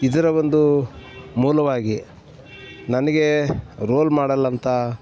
ಇದರ ಒಂದು ಮೂಲವಾಗಿ ನನಗೆ ರೋಲ್ ಮಾಡೆಲ್ಲಂತ